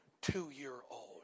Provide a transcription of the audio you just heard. two-year-old